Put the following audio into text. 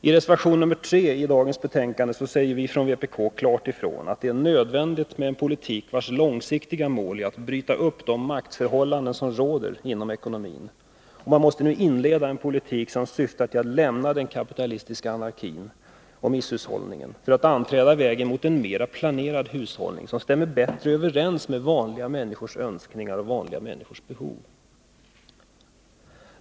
I reservation nr 3 i detta betänkande säger vi från vpk klart ifrån att det är nödvändigt med en politik vars långsiktiga mål är att bryta upp de maktförhållanden som råder inom ekonomin och att man nu måste inleda en politik som syftar till att lämna den kapitalistiska anarkin och misshushållningen, för att anträda vägen mot en mera planerad hushållning som stämmer bättre överens med vanliga människors önskningar och behov.